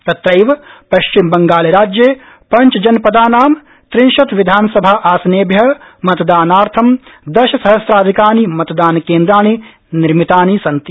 तट्रैव पश्चिम बंगाल राज्ये पंचजनपदानां त्रिंशत्विधानसभा आसनेभ्यः मतदानार्थ दशसहस्राधिकानि मतदानकेन्द्राणि निर्मितानि सन्ति